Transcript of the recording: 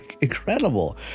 Incredible